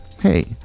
hey